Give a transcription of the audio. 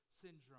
syndrome